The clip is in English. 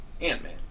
Ant-Man